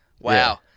wow